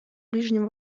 ближнем